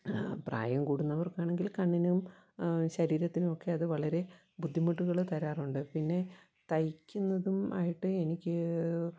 പ്രായം കൂടുന്നവർക്കാണെങ്കില് കണ്ണിനും ശരീരത്തിനുവൊക്കെ അത് വളരെ ബുദ്ധിമുട്ടുകള് തരാറുണ്ട് പിന്നെ തൈക്കുന്നതുമായിട്ട് എനിക്ക്